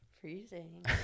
Freezing